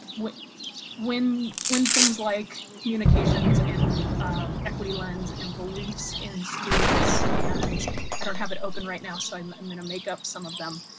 what when when things like communications in equity lens and beliefs in students. and i don't have it open right now, so i'm going to make up some of them.